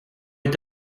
est